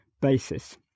basis